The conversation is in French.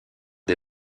des